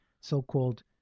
so-called